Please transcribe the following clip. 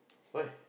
why